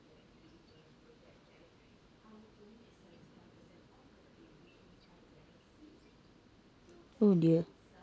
oh dear